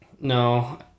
No